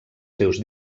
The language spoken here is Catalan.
seus